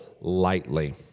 lightly